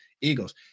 Eagles